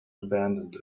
abandoned